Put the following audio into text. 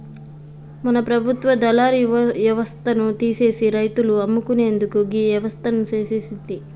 మన ప్రభుత్వ దళారి యవస్థను తీసిసి రైతులు అమ్ముకునేందుకు గీ వ్యవస్థను సేసింది